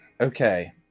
Okay